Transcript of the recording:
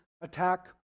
attack